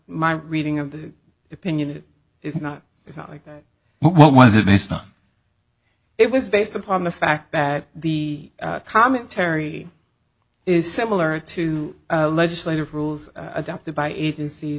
my reading of the opinion it is not it's not like what was it based on it was based upon the fact that the commentary is similar to legislative rules adopted by agencies